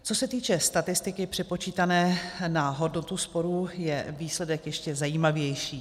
Co se týče statistiky přepočítané na hodnotu sporů, je výsledek ještě zajímavější.